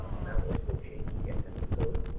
um amount or scope change, the x input code.